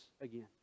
again